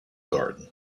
garden